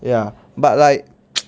ya but like